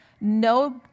no